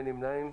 אין נמנעים.